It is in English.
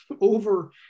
Over